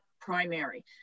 primary